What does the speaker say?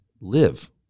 live